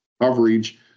coverage